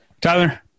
Tyler